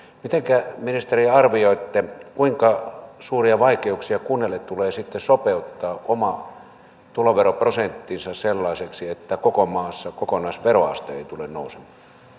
mitenkä ministeri arvioitte kuinka suuria vaikeuksia kunnille tulee sitten sopeuttaa oma tuloveroprosenttinsa sellaiseksi että koko maassa kokonaisveroaste ei tule nousemaan